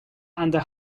under